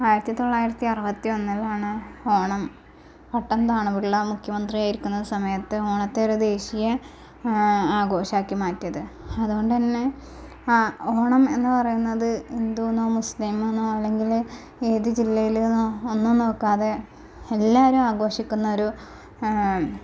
ആയിരത്തി തൊള്ളായിരത്തി അറുപത്തി ഒന്നിലാണ് ഓണം പട്ടം താണുപിള്ള മുഖ്യമന്ത്രിയായിരിക്കുന്ന സമയത്ത് ഓണത്തെ ഒരു ദേശീയ ആഘോഷമാക്കി മാറ്റിയത് അതുകൊണ്ടുതന്നെ ഓണം എന്ന് പറയുന്നത് ഹിന്ദു എന്നോ മുസ്ലിം എന്നോ അല്ലെങ്കിൽ ഏത് ജില്ലയിലെന്നോ ഒന്നും നോക്കാതെ എല്ലാവരും ആഘോഷിക്കുന്നൊരു